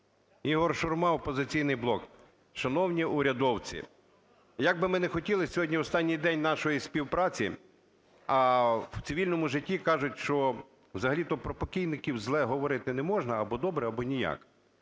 Ігор Шурма, "Опозиційний блок". Шановні урядовці, як би ми не хотіли, сьогодні останній день нашої співпраці, а в цивільному житті кажуть, що взагалі-то про покійників зле говорити не можна: або добре, або ніяк.